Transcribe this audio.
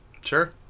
Sure